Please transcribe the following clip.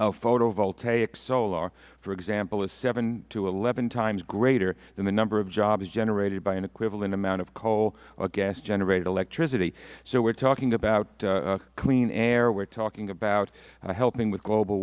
solar for example is seven to eleven times greater than the number of jobs generated by an equivalent amount of coal or gas generated electricity so we're talking about clean air we're talking about helping with global